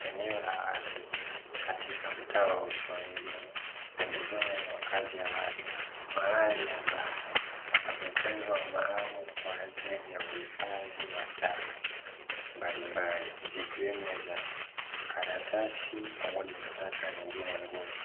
Eneo la wazi, katika mtaa wa uswahilini, pembezoni mwa kazi ya watu, mahali ambapo pametegwa maalumu kwa ajili ya uhifadhi wa taka mbalimbali zikiwemo za karatasi pamoja nataka nyingine ngumu,